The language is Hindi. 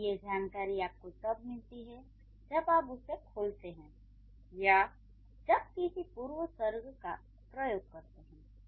यानी ये जानकारी आपको तब मिलती है जब आप उसे खोलते हैं या जब किसी पूर्वसर्ग का प्रयोग करते हैं